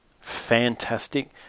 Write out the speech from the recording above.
Fantastic